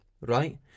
right